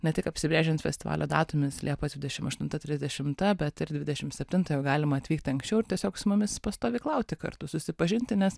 ne tik apsibrėžiant festivalio datomis liepos dvidešimt aštunta trisdešimta bet ir dvidešimt septintą jau galima atvykt anksčiau ir tiesiog su mumis pastovyklauti kartu susipažinti nes